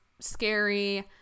scary